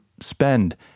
spend